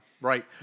Right